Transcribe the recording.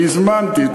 אני הזמנתי.